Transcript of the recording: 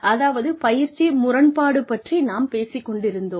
அதாவது பயிற்சி முரண்பாடு பற்றி நாம் பேசிக் கொண்டிருந்தோம்